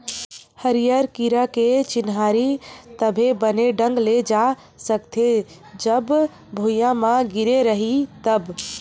हरियर कीरा के चिन्हारी तभे बने ढंग ले जा सकथे, जब भूइयाँ म गिरे रइही तब